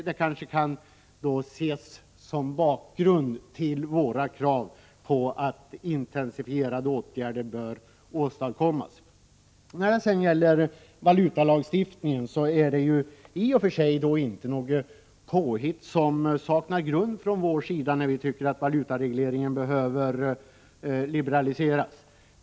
Det kanske kan ses som bakgrund till våra krav på att intensifierade åtgärder bör vidtas. När det sedan gäller valutalagstiftningen är det inte något påhitt som saknar grund när vi från vår sida anser att valutaregleringen bör liberaliseras.